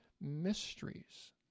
mysteries